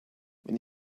wenn